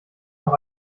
noch